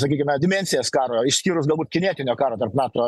sakykime dimensijas karo išskyrus galbūt kinetinio karo tarp nato